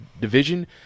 division